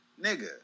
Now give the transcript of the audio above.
Nigga